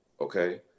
Okay